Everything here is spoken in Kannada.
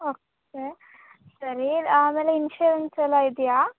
ಓಕೆ ಸರಿ ಆಮೇಲೆ ಇನ್ಶುರೆನ್ಸ್ ಎಲ್ಲ ಇದೆಯಾ